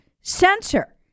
censor